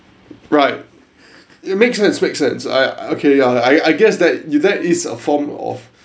right you make sense make sense I okay I I guess that you that is a form of